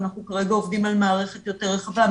אנחנו כרגע עובדים על מערכת יותר רחבה,